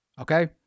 okay